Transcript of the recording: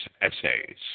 essays